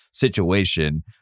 situation